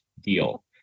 deal